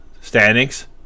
standings